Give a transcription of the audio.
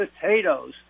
potatoes